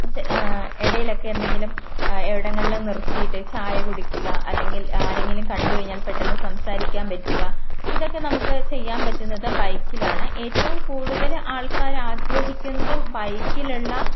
ഇടയിലൊക്കെ എന്തെങ്കിലും ഇവിടങ്ങളിൽ നിർത്തിയിട്ട് ചായ കുടിക്കുക അല്ലെങ്കിൽ ആരെയെങ്കിലും കണ്ടുകഴിഞ്ഞാൽ പെട്ടെന്ന് സംസാരിക്കാൻ പറ്റുക ഇതൊക്കെ നമുക്ക് ചെയ്യാൻ പറ്റുന്നത് ബൈക്കിലാണ് ഏറ്റവും കൂടുതൽ ആൾക്കാർ ആഗ്രഹിക്കുന്നതും ബൈക്കിലുള്ള